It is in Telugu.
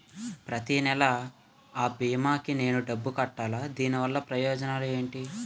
ప్రతినెల అ భీమా కి నేను డబ్బు కట్టాలా? దీనివల్ల ప్రయోజనాలు ఎంటి?